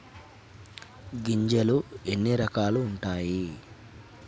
గింజలు ఎన్ని రకాలు ఉంటాయి?